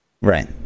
Right